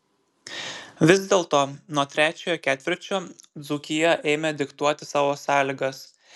vis dėlto nuo trečiojo ketvirčio dzūkija ėmė diktuoti savo sąlygas